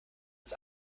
ins